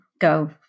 go